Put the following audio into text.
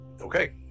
Okay